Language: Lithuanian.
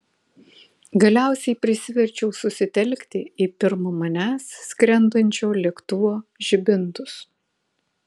galiausiai prisiverčiau susitelkti į pirm manęs skrendančio lėktuvo žibintus